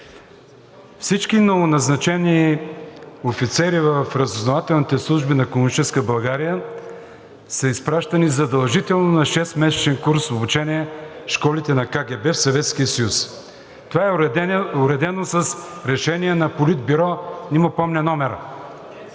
Всички новоназначени офицери в разузнавателните служби на комунистическа България са изпращани задължително на 6-месечен курс, обучение, в школите на КГБ в Съветския съюз. Това е уредено с решение на Политбюро, не му помня номера.